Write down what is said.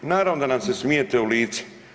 I naravno da nam se smijete u lice.